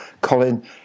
Colin